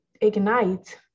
ignite